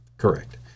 Correct